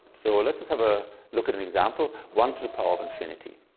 so let's let's have a look at an example, one to the power of infinity.